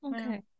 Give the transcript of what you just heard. Okay